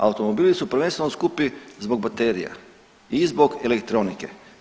Automobili su prvenstveno skupi zbog baterija i zbog elektronike.